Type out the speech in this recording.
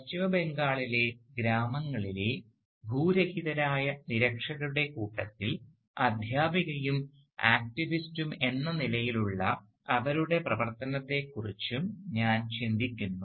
പശ്ചിമ ബംഗാളിലെ ഗ്രാമങ്ങളിലെ ഭൂരഹിതരായ നിരക്ഷരരുടെ കൂട്ടത്തിൽ അദ്ധ്യാപികയും ആക്ടിവിസ്റ്റും എന്ന നിലയിലുള്ള അവരുടെ പ്രവർത്തനത്തെക്കുറിച്ചും ഞാൻ ചിന്തിക്കുന്നു